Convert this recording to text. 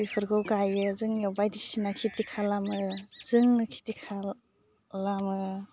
बिफोरखौ गायो जोंनियाव बायदिसिना खेटि खालामो जोंनो खेटि खालामो